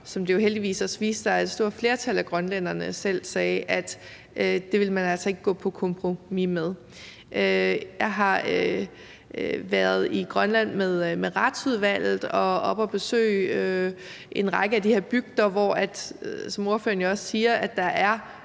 hvor det jo heldigvis også viste sig, at et stort flertal af grønlænderne selv sagde, at man altså ikke ville gå på kompromis med det. Jeg har været i Grønland med Retsudvalget og var oppe at besøge en række af de her bygder, hvor der – som ordføreren jo også siger – er